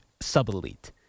sub-elite